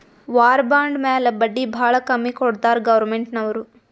war bond ಮ್ಯಾಲ ಬಡ್ಡಿ ಭಾಳ ಕಮ್ಮಿ ಕೊಡ್ತಾರ್ ಗೌರ್ಮೆಂಟ್ನವ್ರು